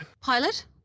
Pilot